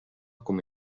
com